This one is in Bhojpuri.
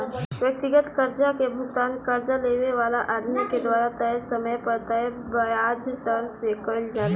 व्यक्तिगत कर्जा के भुगतान कर्जा लेवे वाला आदमी के द्वारा तय समय पर तय ब्याज दर से कईल जाला